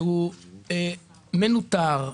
שהוא מנוטר,